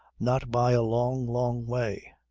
not by a long long way.